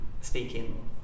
speaking